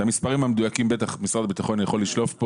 את המספרים המדויקים בטח משרד הביטחון יכול למסור כאן,